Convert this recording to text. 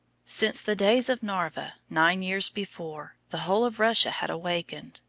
since the days of narva, nine years before, the whole of russia had awakened.